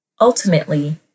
Ultimately